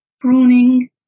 pruning